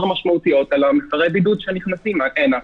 משמעותיים על מפרי בידוד שנכנסים הנה.